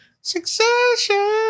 Succession